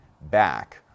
back